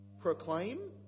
proclaim